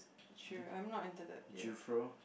true I'm not into that beard